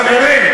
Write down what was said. חברים,